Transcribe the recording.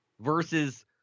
versus